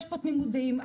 יש פה תמימות דעים,